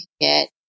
get